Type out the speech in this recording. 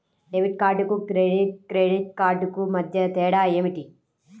Debit కార్డుకు credit credit కార్డుకు మధ్య తేడా ఏమిటీ?